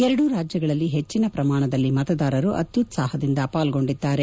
ಎರಡೂ ರಾಜ್ಯಗಳಲ್ಲಿ ಹೆಚ್ಚಿನ ಪ್ರಮಾಣದಲ್ಲಿ ಮತದಾರರು ಅತ್ಯುತ್ಪಾಹದಿಂದ ಪಾಲ್ಲೊಂಡಿದ್ದಾರೆ